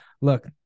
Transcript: look